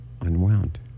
Unwound